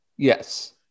Yes